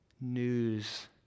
news